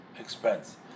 expense